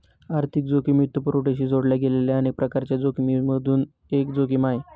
आर्थिक जोखिम वित्तपुरवठ्याशी जोडल्या गेलेल्या अनेक प्रकारांच्या जोखिमिमधून एक जोखिम आहे